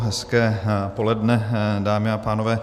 Hezké poledne, dámy a pánové.